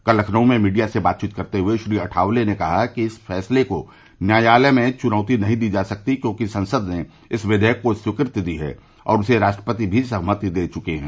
कल लखनऊ में मीडिया से बातचीत करते हये श्री अठावले ने कहा कि इस फैसले को न्यायालय में चुनौती नहीं दी जा सकती क्योंकि संसद ने इस विवेयक को स्वीकृति दी है और उसे राष्ट्रपति भी सहमति दे चुके हैं